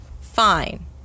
fine